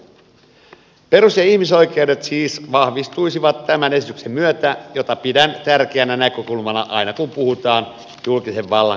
perus ja ihmisoikeudet siis vahvistuisivat tämän esityksen myötä mitä pidän tärkeänä näkökulmana aina kun puhutaan julkisen vallan käyttämisestä